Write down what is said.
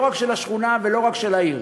לא רק של השכונה ולא רק של העיר,